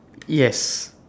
yes